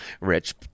Rich